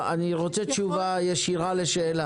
אני רוצה תשובה ישירה לשאלה.